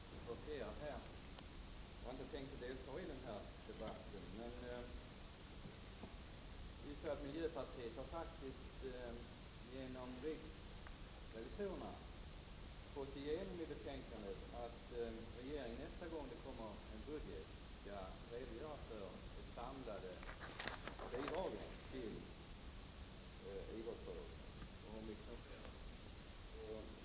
Fru talman! Jag blev apostroferad — annars hade jag inte tänkt delta i den här debatten. Miljöpartiet har faktiskt, genom riksrevisorerna, fått igenom i betänkandet att regeringen nästa gång den framlägger en budgetproposition skall redogöra för de samlade bidragen till idrottsrörelsen och hur mycket som härrör från Tipstjänst.